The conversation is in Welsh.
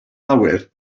awyr